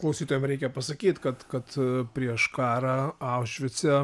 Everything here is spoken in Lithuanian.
klausytojam reikia pasakyt kad kad prieš karą aušvice